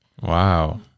Wow